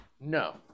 No